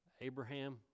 Abraham